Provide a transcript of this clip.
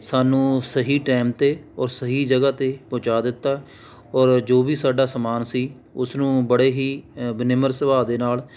ਸਾਨੂੰ ਸਹੀ ਟਾਈਮ 'ਤੇ ਔਰ ਸਹੀ ਜਗ੍ਹਾ 'ਤੇ ਪਹੁੰਚਾ ਦਿੱਤਾ ਔਰ ਜੋ ਵੀ ਸਾਡਾ ਸਮਾਨ ਸੀ ਉਸਨੂੰ ਬੜੇ ਹੀ ਬ ਨਿਮਰ ਸੁਭਾਅ ਦੇ ਨਾਲ